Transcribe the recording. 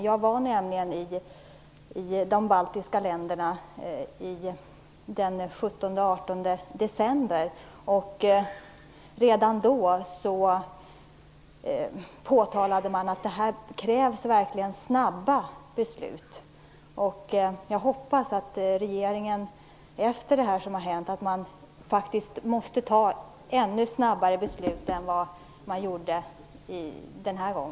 Jag var nämligen i de baltiska länderna den 17 och 18 december. Redan då påtalade man att det verkligen krävs snabba beslut. Jag hoppas att regeringen efter det som har hänt fattar ännu snabbare beslut än vad man gjorde denna gång.